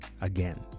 again